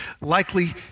likely